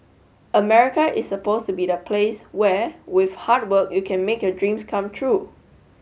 America is supposed to be the place where with hard work you can make your dreams come true